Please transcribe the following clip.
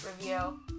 review